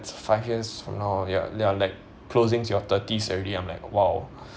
five years from now ya you are like closing to your thirties already I'm like !wow!